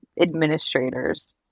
administrators